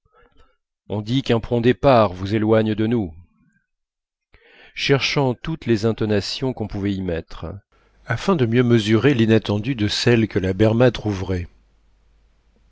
on dit qu'un prompt départ vous éloigne de nous cherchant toutes les intonations qu'on pouvait y mettre afin de mieux mesurer l'inattendu de celle que la berma trouverait